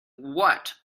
what